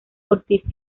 ortiz